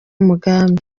umugambi